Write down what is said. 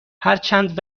هرچند